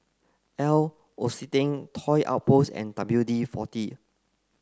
L'Occitane Toy Outpost and W D forty